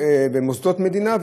במוסדות מדינה,